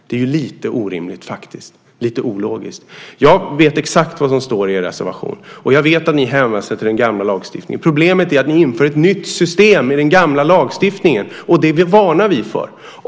Det är faktiskt lite ologiskt. Jag vet exakt vad som står i er reservation, och jag vet att ni hänvisar till den gamla lagstiftningen. Problemet är att ni inför ett nytt system i den gamla lagstiftningen. Det varnar vi för.